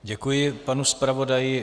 Děkuji panu zpravodaji.